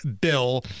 bill